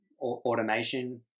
automation